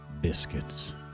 biscuits